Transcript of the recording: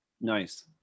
Nice